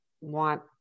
want